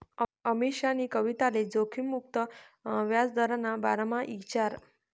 अमीशानी कविताले जोखिम मुक्त याजदरना बारामा ईचारं